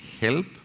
help